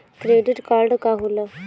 Credit card का होला?